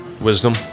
wisdom